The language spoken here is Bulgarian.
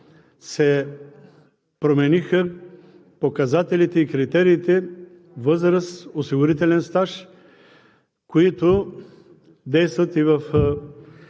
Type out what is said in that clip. се промениха показателите и критериите възраст и осигурителен стаж, които действат и в